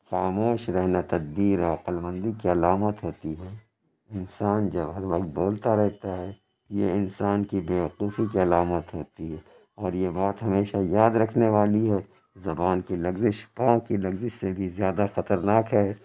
خاموش رہنا تدبیر عقل مندی کی علامت ہوتی ہے انسان جب ہر وقت بولتا رہتا ہے یہ انسان کی بے وقوفی کی علامت ہوتی ہے اور یہ بات ہمیشہ یاد رکھنے والی ہے زبان كی لغزش پاؤں كی لغزش سے بھی زیادہ خطرناک ہے